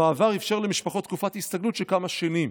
המעבר אפשר למשפחות תקופת הסתגלות של כמה שנים.